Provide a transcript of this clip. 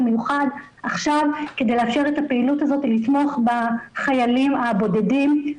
מיוחד עכשיו כדי לאפשר את הפעילות הזאת ולתמוך בחיילים הבודדים,